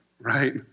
right